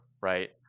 right